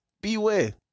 beware